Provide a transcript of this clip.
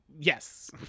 yes